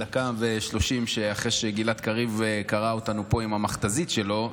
דקה ו-30 שניות אחרי שגלעד קריב קרע אותנו פה עם המכת"זית שלו,